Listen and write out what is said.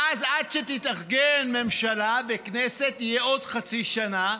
ואז עד שתתארגן ממשלה וכנסת תהיה עוד חצי שנה,